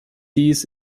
dies